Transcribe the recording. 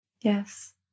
Yes